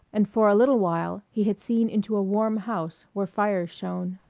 and for a little while he had seen into a warm house where fires shone.